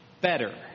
Better